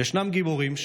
ויש גיבורים,